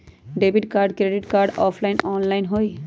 Debit card credit card offline online होई?